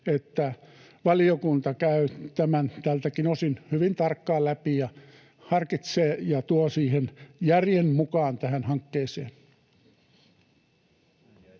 että valiokunta käy tämän tältäkin osin hyvin tarkkaan läpi ja harkitsee ja tuo järjen mukaan tähän hankkeeseen.